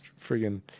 friggin